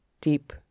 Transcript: deep